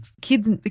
kids